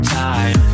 time